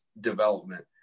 development